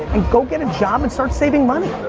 and go get a job and start saving money.